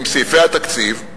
עם סעיפי התקציב,